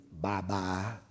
bye-bye